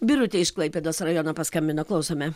birutė iš klaipėdos rajono paskambino klausome